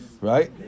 Right